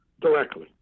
directly